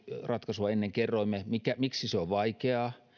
ratkaisua ennen kerroimme miksi se on vaikeaa